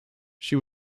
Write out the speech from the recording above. she